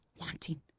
wanting